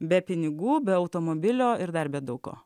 be pinigų be automobilio ir dar be daug ko